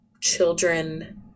children